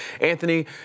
Anthony